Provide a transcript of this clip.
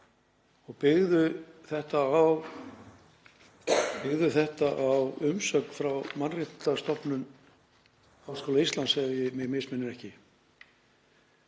byggðu þetta á umsögn frá Mannréttindastofnun Háskóla Íslands ef mig misminnir ekki.